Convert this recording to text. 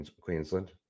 Queensland